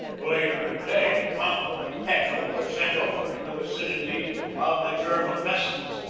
later in the day the concord and petrel were sent over in the vicinity of the german vessels.